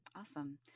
Awesome